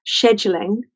scheduling